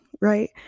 Right